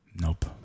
Nope